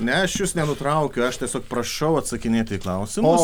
ne aš jus nenutraukiu aš tiesiog prašau atsakinėti į klausimus